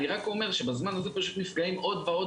אני רק אומר שבזמן הזה נפגעים עוד ועוד